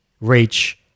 reach